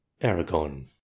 Aragon